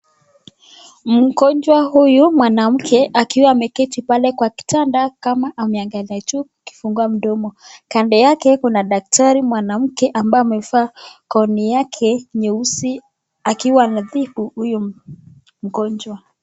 Mgonjwa huyu mwanamke akiwa ameketi pale kwa kitanda kama ameangalia juu akifungua mdomo, kando yake kuna daktari mwanamke ambaye amevaa gauni yake nyeusi akiwa anatibu huyu mgonjwa.